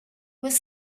was